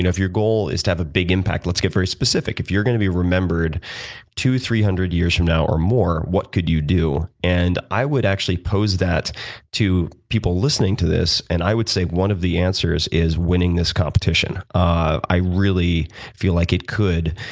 if your goal is to have a big impact, let's get very specific. if you're going to be remembered two hundred, three hundred years from now or more, what could you do? and i would actually pose that to people listening to this, and i would say one of the answers is winning this completion. ah i really feel like it could